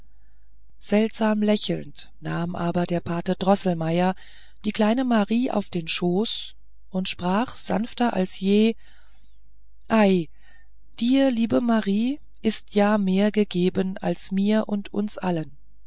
seltsam lächelnd nahm aber pate droßelmeier die kleine marie auf den schoß und sprach sanfter als je ei dir liebe marie ist ja mehr gegeben als mir und uns allen